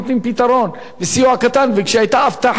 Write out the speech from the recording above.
והיתה הבטחת ממשלה,